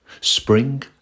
Spring